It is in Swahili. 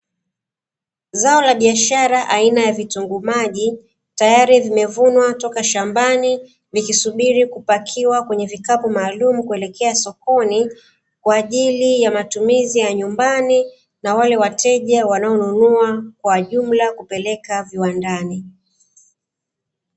Zao la biashara aina ya vitunguumaji tayari vimevunwa toka shambani, vikisubiri kupakiwa katika vikapu maalumu kuelekea sokoni kwa ajili ya matumizi ya nyumbani na wale wateja wanaonunua kwa jumla kwa ajili ya kupeleka viwandani.